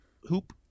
hoop